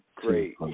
great